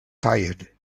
tired